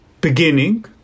Beginning